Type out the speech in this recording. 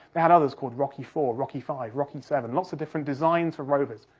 they had others called rocky four, rocky five, rocky seven, lots of different designs for rovers.